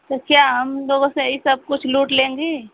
तो क्या हम लोगों से ही सब कुछ लूट लेंगी